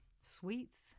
sweets